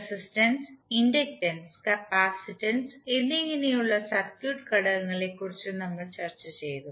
resistance inductance capacitance എന്നിങ്ങനെയുള്ള circuit ഘടകങ്ങളെക്കുറിച്ച് നമ്മൾ ചർച്ച ചെയ്തു